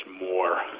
more